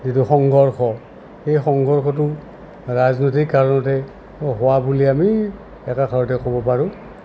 যিটো সংঘৰ্ষ সেই সংঘৰ্ষ ৰাজনৈতিক কাৰণতে হোৱা বুলি আমি এটা একেশাৰতে ক'ব পাৰোঁ